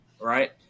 right